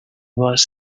was